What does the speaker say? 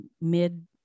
mid